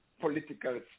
political